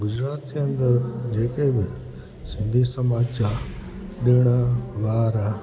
गुजरात जे अंदरि जेके बि सिंधी समाज जा ॾिणु वार